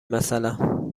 مثلا